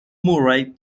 murray